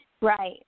Right